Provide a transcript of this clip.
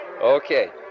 Okay